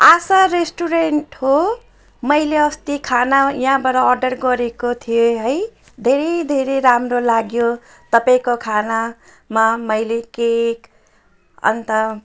आशा restaurant हो मैले अस्ति खाना यहाँबाट अर्डर गरेको थिएँ है धेरै धेरै राम्रो लाग्यो तपाईँको खानामा मैले केक अन्त